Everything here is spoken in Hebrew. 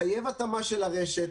מחייב התאמה של הרשת,